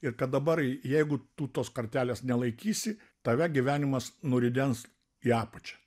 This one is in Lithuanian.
ir kad dabar jeigu tu tos kartelės nelaikysi tave gyvenimas nuridens į apačią